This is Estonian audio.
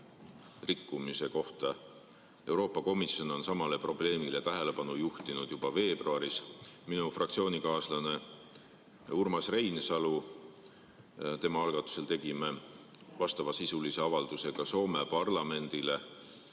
rikkumise kohta Soomes. Euroopa Komisjon juhtis samale probleemile tähelepanu juba veebruaris. Minu fraktsioonikaaslase Urmas Reinsalu algatusel tegime vastavasisulise avalduse ka Soome parlamendile.